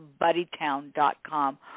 BuddyTown.com